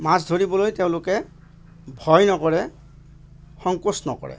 মাছ ধৰিবলৈ তেওঁলোকে ভয় নকৰে সংকোচ নকৰে